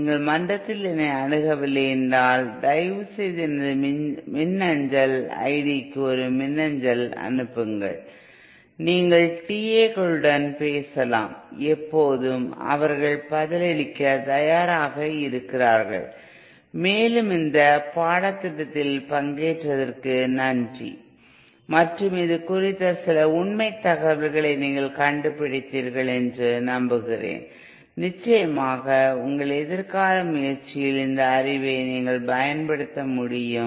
நீங்கள் மன்றத்தில் என்னை அணுகவில்லை என்றால் தயவுசெய்து எனது மின்னஞ்சல் ஐடிக்கு ஒரு மின்னஞ்சல் அனுப்புங்கள் நீங்கள் TA களுடன் பேசலாம் எப்போதும் அவர்கள் பதிலளிக்க தயாராக இருக்கிறார்கள் மேலும் இந்த பாடத்திட்டத்தில் பங்கேற்றதற்கு நன்றி மற்றும் இது குறித்த சில உண்மை தகவல்களை நீங்கள் கண்டுபிடித்தீர்கள் என்று நம்புகிறேன் நிச்சயமாக உங்கள் எதிர்கால முயற்சியில் இந்த அறிவை நீங்கள் பயன்படுத்த முடியும்